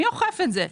מי אוכף את זה?